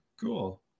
cool